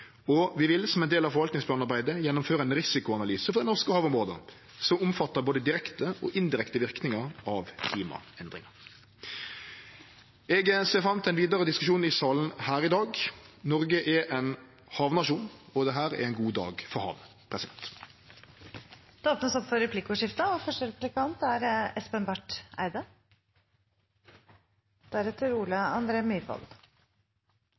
Vi vil, som ein del av forvaltingsplanarbeidet, gjennomføre ein risikoanalyse for dei norske havområda som omfattar både direkte og indirekte verknader av klimaendringane. Eg ser fram til ein vidare diskusjon i salen i dag. Noreg er ein havnasjon, og dette er ein god dag for havet. Det blir replikkordskifte. Jeg deler statsrådens utrykk for glede over at det er